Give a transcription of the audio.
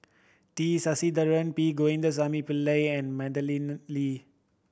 T Sasitharan P Govindasamy Pillai and Madeleine Lee